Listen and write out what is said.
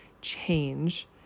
change